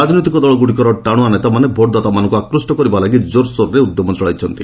ରାଜନୈତିକ ଦଳଗୁଡ଼ିକର ଟାଣୁଆ ନେତାମାନେ ଭୋଟଦାତାମାନଙ୍କୁ ଆକ୍ରୁଷ୍ଟ କରିବା ପାଇଁ କୋର୍ସୋରରେ ଉଦ୍ୟମ ଚଳାଇଛନ୍ତି